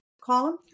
column